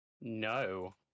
No